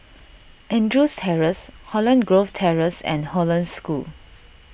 Andrews Terrace Holland Grove Terrace and Hollandse School